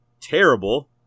terrible